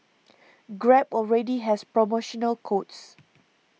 grab already has promotional codes